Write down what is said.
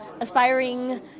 aspiring